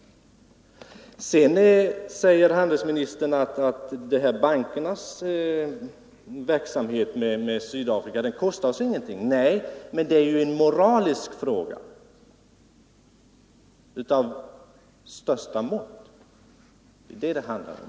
Slutligen sade handelsministern att bankernas verksamhet beträffande Sydafrika kostar oss ingenting. Nej, men det är ju en politisk fråga av stor vikt. Det är det det handlar om.